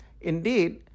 Indeed